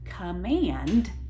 command